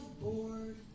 bored